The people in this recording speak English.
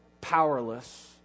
powerless